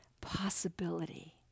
possibility